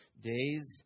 days